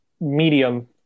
medium